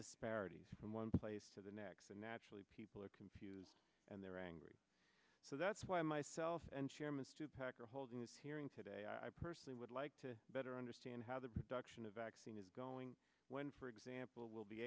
disparities from one place to the next and naturally people are confused and they're angry so that's why myself and chairman stu packer holding this hearing today i personally would like to better understand how the production of vaccine is going when for example we'll be